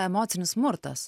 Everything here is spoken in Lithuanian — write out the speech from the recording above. emocinis smurtas